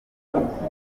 b’abakoloni